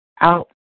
out